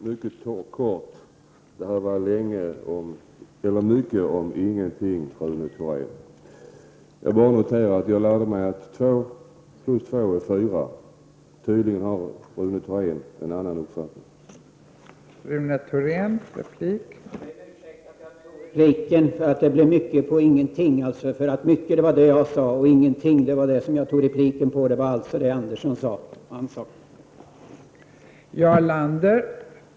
Fru talman! Jag ber om ursäkt för att jag begärde repliken — att det blev mycket på ingenting. Mycket, det var vad jag sade, och ingenting var det som jag begärde repliken på — det var alltså vad Sten Andersson i Malmö sade.